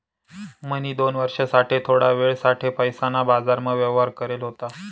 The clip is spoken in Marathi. म्हणी दोन वर्ष साठे थोडा वेळ साठे पैसासना बाजारमा व्यवहार करेल होता